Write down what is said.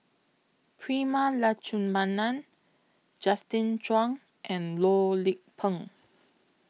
Prema Letchumanan Justin Zhuang and Loh Lik Peng